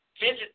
Visit